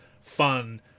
fun